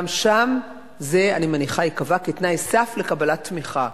גם שם זה, אני מניחה, ייקבע כתנאי סף לקבלת תמיכה.